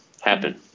happen